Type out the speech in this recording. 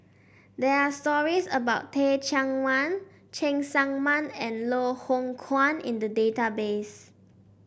there are stories about Teh Cheang Wan Cheng Tsang Man and Loh Hoong Kwan in the database